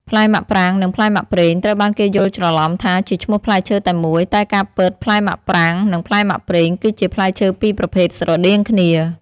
ផ្លែមាក់ប្រាង និងផ្លែមាក់ប្រេង ត្រូវបានគេយល់ច្រឡំថា ជាឈ្មោះផ្លែឈើតែមួយ តែការពិតផ្លែមាក់ប្រាង និងផ្លែមាក់ប្រេងគឺជា ផ្លែឈើ២ប្រភេទស្រដៀងគ្នា។